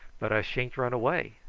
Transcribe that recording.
but i sha'n't run away.